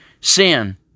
Sin